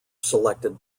selected